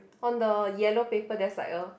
on the yellow paper there's like a